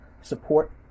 support